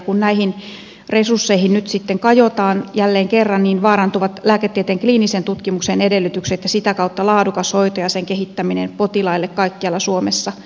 kun näihin resursseihin nyt sitten kajotaan jälleen kerran niin vaarantuvat lääketieteen kliinisen tutkimuksen edellytykset ja sitä kautta laadukas hoito ja sen kehittäminen potilaille kaikkialla suomessa